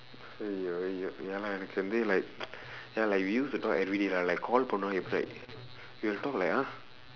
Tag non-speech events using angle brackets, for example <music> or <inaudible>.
ya lah can they like <noise> ya like we used to talk everyday lah like call for no we will talk like !huh!